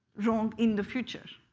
wrong in the future?